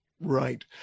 right